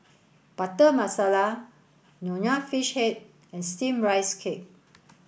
butter masala nonya fish head and steam rice cake